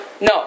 No